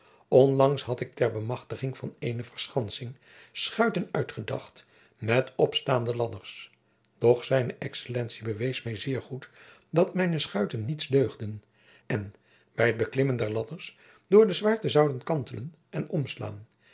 onlangs had ik ter bemachtiging van eene verschansing schuiten uitgedacht met opstaande ladders doch zijne excellentie bewees mij zeer goed dat mijne schuiten niets deugden en bij het beklimmen der ladders door de zwaarte zouden kantelen en omslaan